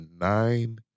nine